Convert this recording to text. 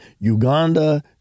Uganda